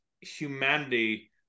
humanity